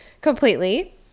completely